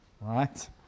right